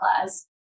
class